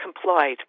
complied